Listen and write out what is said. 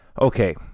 Okay